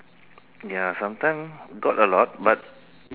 ya sometime got a lot but